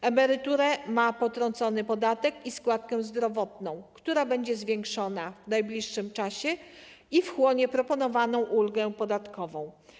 Z emerytury potrącane są podatek i składka zdrowotna, która będzie zwiększona w najbliższym czasie i wchłonie proponowaną ulgę podatkową.